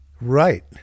Right